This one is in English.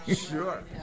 Sure